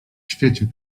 świecie